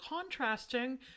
contrasting